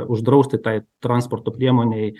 uždrausti tai transporto priemonei